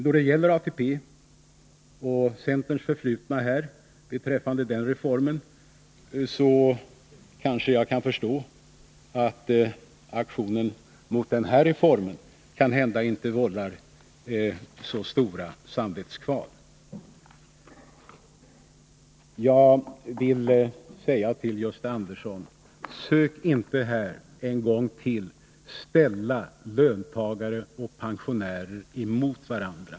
Då det gäller ATP kan jag med hänsyn till centerns förflutna beträffande den reformen förstå att aktionen mot den kanhända inte vållar så stora samvetskval. Jag vill säga till Gösta Andersson: Sök inte här en gång till ställa löntagare och pensionärer emot varandra!